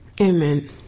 Amen